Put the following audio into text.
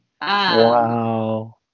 Wow